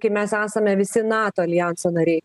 kai mes esame visi nato aljanso nariai